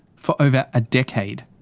for over a decade.